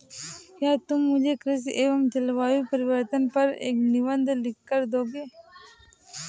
क्या तुम मुझे कृषि एवं जलवायु परिवर्तन पर एक निबंध लिखकर दोगे?